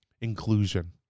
Inclusion